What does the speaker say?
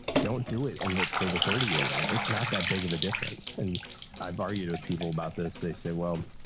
don't do it, and that for the thirty year one it's not that big of a difference. and i've argued with people about this, they say, well.